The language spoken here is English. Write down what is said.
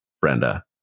Brenda